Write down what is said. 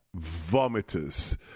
vomitous